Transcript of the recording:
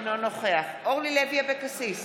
אינו נוכח אורלי לוי אבקסיס,